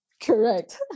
Correct